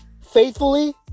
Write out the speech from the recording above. faithfully